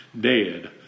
dead